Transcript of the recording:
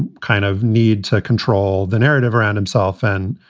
and kind of need to control the narrative around himself and